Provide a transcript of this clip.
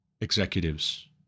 executives